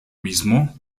mismo